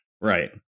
right